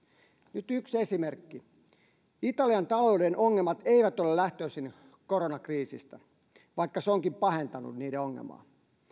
nyt yksi esimerkki italian talouden ongelmat eivät ole lähtöisin koronakriisistä vaikka se onkin pahentanut niiden ongelmaa